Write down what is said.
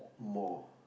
more